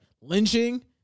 lynching